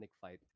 fight